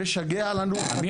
אמיר,